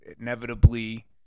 inevitably